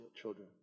children